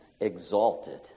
exalted